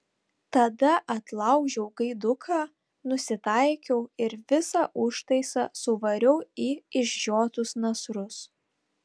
tada atlaužiau gaiduką nusitaikiau ir visą užtaisą suvariau į išžiotus nasrus